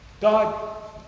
God